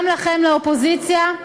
גם לכם, לאופוזיציה,